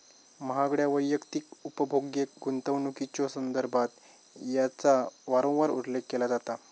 महागड्या वैयक्तिक उपभोग्य गुंतवणुकीच्यो संदर्भात याचा वारंवार उल्लेख केला जाता